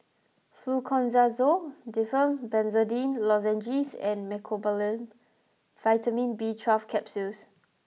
Fluconazole Difflam Benzydamine Lozenges and Mecobalamin Vitamin B twelve Capsules